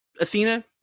Athena